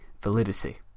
validity